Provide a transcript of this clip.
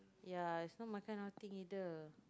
ya it's not my kind of thing either